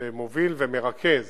שמוביל ומרכז